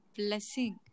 blessing